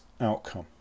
outcome